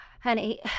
honey